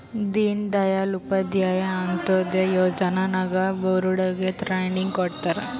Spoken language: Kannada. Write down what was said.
ದೀನ್ ದಯಾಳ್ ಉಪಾಧ್ಯಾಯ ಅಂತ್ಯೋದಯ ಯೋಜನಾ ನಾಗ್ ಬಡುರಿಗ್ ಟ್ರೈನಿಂಗ್ ಕೊಡ್ತಾರ್